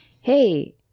hey